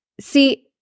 see